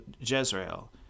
Jezreel